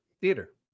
Theater